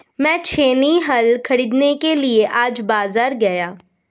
मैं छेनी हल खरीदने के लिए आज बाजार गया